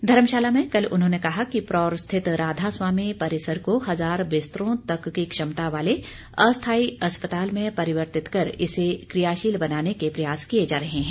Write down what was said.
धर्मशाला में कल उन्होंने कहा कि परौर स्थित राधास्वामी परिसर को हजार बिस्तरों तक की क्षमता वाले अस्थायी अस्पताल में परिवर्तित कर इसे क्रियाशील बनाने के प्रयास किए जा रहे हैं